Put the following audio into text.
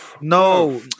No